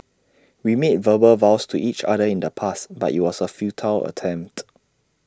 we made verbal vows to each other in the past but IT was A futile attempt